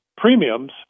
premiums